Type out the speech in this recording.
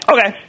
Okay